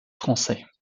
français